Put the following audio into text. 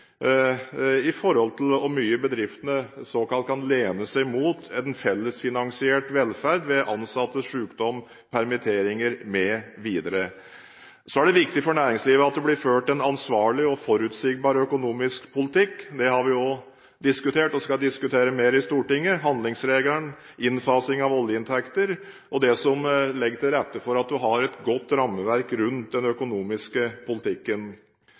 i forhold til hvor mye bedriftene kan «lene seg mot» en fellesfinansiert velferd ved ansattes sykdom, permitteringer mv. Så er det viktig for næringslivet at det blir ført en ansvarlig og forutsigbar økonomisk politikk. Det har vi også diskutert og skal diskutere mer i Stortinget – handlingsregelen, innfasing av oljeinntekter og det som legger til rette for at vi har et godt rammeverk rundt den økonomiske politikken.